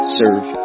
serve